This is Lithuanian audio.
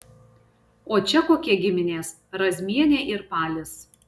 o čia kokie giminės razmienė ir palis